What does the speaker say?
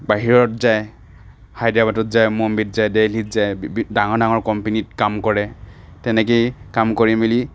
বাহিৰত যায় হাইদৰাবাদত যায় মুম্বেত যায় দিল্লীত যায় ডাঙৰ ডাঙৰ কোম্পেনীত কাম কৰে তেনেকেই কাম কৰি মেলি